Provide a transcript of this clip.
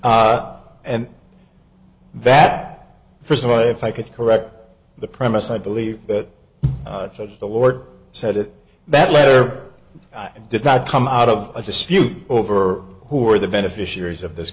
th and that first of all if i could correct the premise i believe that the lord said it better i did not come out of a dispute over who are the beneficiaries of this